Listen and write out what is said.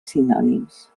sinònims